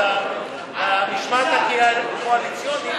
משמעת קואליציונית.